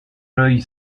l’œil